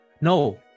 no